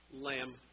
Lamb